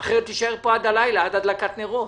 כי אחרת תישאר כאן עד הלילה, עד הדלקת נרות.